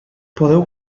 podeu